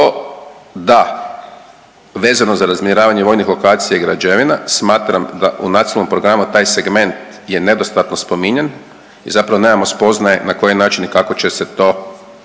to da vezano za razminiravanje vojnih lokacija i građevina smatram da u nacionalnom programu taj segment je nedostatno spominjan i zapravo nemamo spoznaje na koji način i kako će se to,